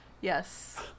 Yes